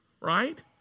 right